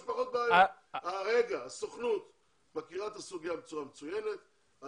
הסוכנות מכירה את הסוגיה בצורה מצוינת,